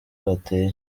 bateye